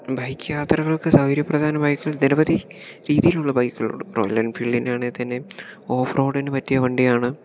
bike യാത്രകൾക്ക് സൗകര്യപ്രദമായ ബൈക്കുകൾ നിരവധി രീതിയിലുള്ള ബൈക്കുകളുണ്ട് റോയൽ എൻഫീൽഡിൻ്റെയാണെങ്കിൽ തന്നെയും ഓഫ്റോഡിന് പറ്റിയ വണ്ടിയാണ്